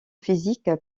physique